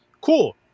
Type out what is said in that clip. Cool